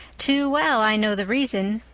too well i know the reason.